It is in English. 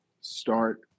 start